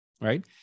right